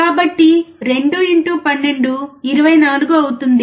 కాబట్టి 2 ఇన్టు 12 24 అవుతుంది